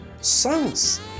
sons